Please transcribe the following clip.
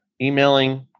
emailing